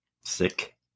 Sick